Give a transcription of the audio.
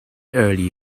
early